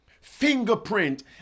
fingerprint